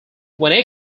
when